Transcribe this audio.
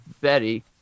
Betty